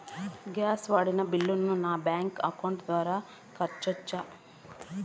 Gas వాడిన బిల్లును నా బ్యాంకు అకౌంట్ ద్వారా కట్టొచ్చా?